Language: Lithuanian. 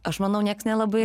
aš manau nieks nelabai